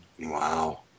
Wow